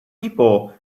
people